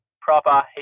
proper